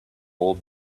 all